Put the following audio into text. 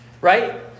Right